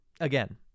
Again